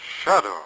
Shadow